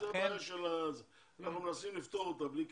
זו הבעיה אנחנו מנסים לפתור אותה בלי קשר.